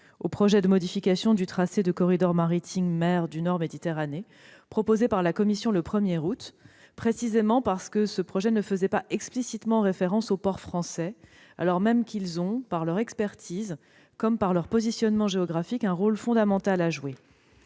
au projet de modification de tracé du corridor maritime mer du Nord-Méditerranée proposé par la Commission le 1 août, précisément parce que ce projet ne faisait pas explicitement référence aux ports français, alors même qu'ils ont, par leur expertise et leur positionnement géographique, un rôle fondamental à jouer.